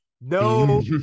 No